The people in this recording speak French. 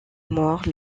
mort